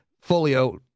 folio